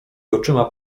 oczyma